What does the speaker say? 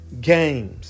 games